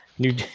new